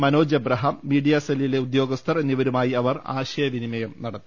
Manoj Abraham media സെല്ലിലെ ഉദ്യോഗസ്ഥർ എന്നിവരുമായി അവർ ആൾയവിനിമയം നടത്തി